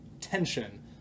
tension